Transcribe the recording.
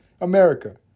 America